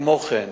כמו כן,